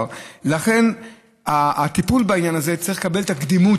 לכן הטיפול בעניין הזה צריך לקבל את הקדימות